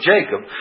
Jacob